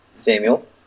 Samuel